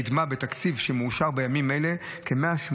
קידמה בתקציב שמאושר בימים אלה כ-180